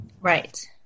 Right